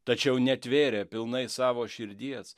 tačiau netvėrė pilnai savo širdies